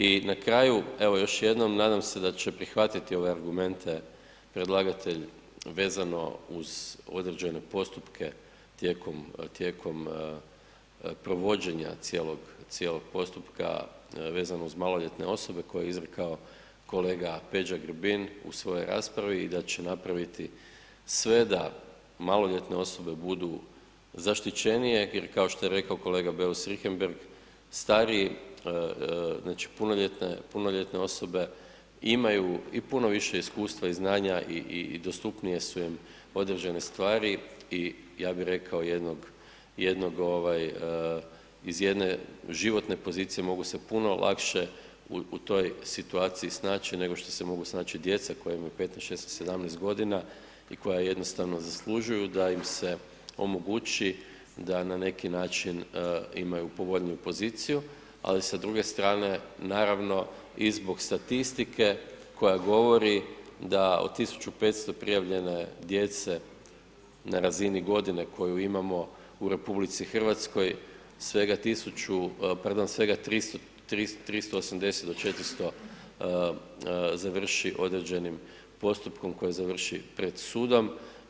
I na kraju, evo još jednom, nadam se da će prihvatiti ove argumente predlagatelj vezano uz određene postupke tijekom provođenja cijelog postupka vezano uz maloljetne osobe koje je izrekao kolega Peđa Grbin u svojoj raspravi i da će napraviti sve da maloljetne osobe budu zaštićenije jer kao što je rekao kolega Beus Richembergh, stariji znači punoljetne osobe imaju i puno više iskustva i znanja i dostupnije su im određene stvari i iz jedne životne pozicije mogu se puno lakše u toj situaciji snaći nego što se mogu snaći djeca koja imaju 15,16,17 godina i koja jednostavno zaslužuju da im se omogući da na neki način imaju povoljniju poziciju, ali sa druge strane naravno i zbog statistike koja govori da od 1.500 prijavljene djece na razini godine koju imamo u RH svega 380 do 400 završi određenim postupkom koji završi pred sudom.